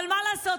אבל מה לעשות,